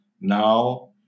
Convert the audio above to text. now